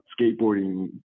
skateboarding